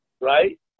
Right